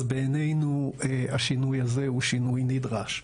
אז בעינינו השינוי הזה הוא שינוי נדרש.